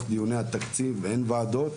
שתוך דיוני התקציב וכשאין ועדות,